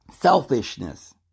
selfishness